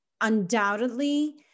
undoubtedly